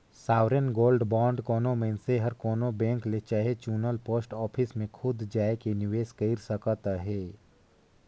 sovereign gold bond कोनो मइनसे हर कोनो बेंक ले चहे चुनल पोस्ट ऑफिस में खुद जाएके निवेस कइर सकत अहे